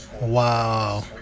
Wow